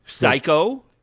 Psycho